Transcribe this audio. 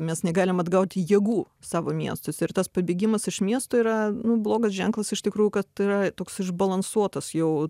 mes negalim atgauti jėgų savo miestuose ir tas pabėgimas iš miesto yra nu blogas ženklas iš tikrų kad yra toks išbalansuotas jau